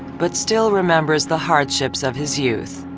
but still remembers the hardships of his youth.